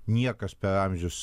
niekas per amžius